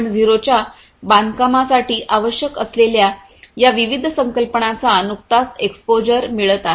0 च्या बांधकामासाठी आवश्यक असलेल्या या विविध संकल्पनांचा नुकताच एक्सपोजर मिळत आहे